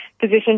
position